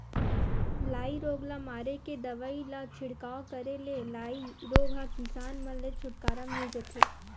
लाई रोग ल मारे के दवई ल छिड़काव करे ले लाई रोग ह किसान मन ले छुटकारा मिल जथे